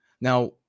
Now